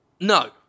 No